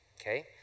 Okay